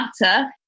matter